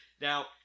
Now